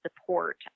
support